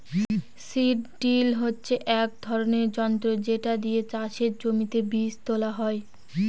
seed drill হচ্ছে এক ধরনের যন্ত্র যেটা দিয়ে চাষের জমিতে বীজ পোতা হয়